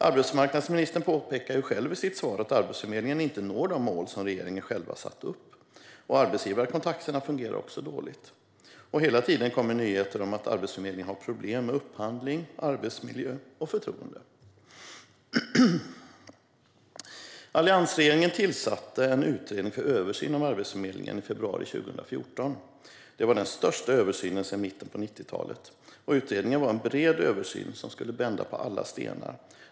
Arbetsmarknadsministern påpekar själv i sitt svar att Arbetsförmedlingen inte når de mål som regeringen själv satt upp. Arbetsgivarkontakterna fungerar också dåligt, och hela tiden kommer nyheter om att Arbetsförmedlingen har problem med upphandling, arbetsmiljö och förtroende. Alliansregeringen tillsatte en utredning för översyn av Arbetsförmedlingen i februari 2014. Det var den största översynen sedan mitten av 90talet. Utredningen var en bred översyn som skulle vända på alla stenar.